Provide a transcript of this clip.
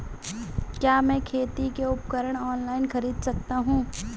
क्या मैं खेती के उपकरण ऑनलाइन खरीद सकता हूँ?